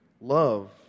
Love